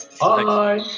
Bye